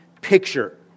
picture